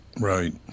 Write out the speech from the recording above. right